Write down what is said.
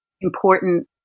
important